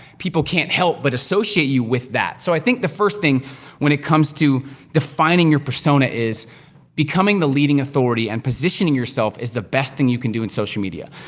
people can't help but associate you with that. so, i think the first thing when it comes to defining your persona is becoming the leading authority, and positioning yourself, is the best thing you can do in social media.